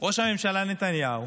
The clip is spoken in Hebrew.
ראש הממשלה נתניהו